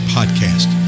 Podcast